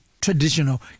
traditional